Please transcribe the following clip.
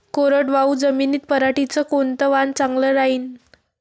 कोरडवाहू जमीनीत पऱ्हाटीचं कोनतं वान चांगलं रायीन?